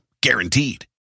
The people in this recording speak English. Guaranteed